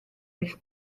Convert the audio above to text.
eich